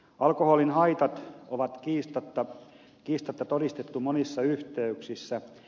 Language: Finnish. alkoholin haitat on kiistatta todistettu monissa yhteyksissä